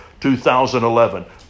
2011